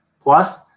plus